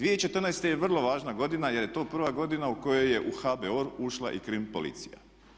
2014.je vrlo važna godina jer je to prva godina u kojoj je u HBOR ušla i krim policija.